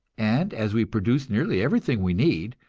and as we produce nearly everything we need,